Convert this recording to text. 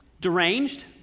deranged